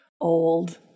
old